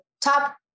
top